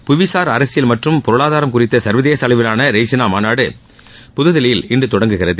புவிசார் அரசியல் மற்றும் பொருளாதாரம் குறித்த சர்வதேச அளவிலான ரெய்சினா மாநாடு புதுதில்லியில் இன்று தொடங்குகிறது